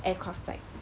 aircraft 载